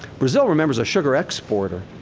brazil, remember, is a sugar exporter.